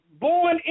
born